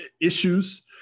issues